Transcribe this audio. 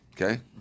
Okay